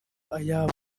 ayabo